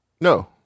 No